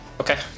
Okay